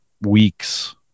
weeks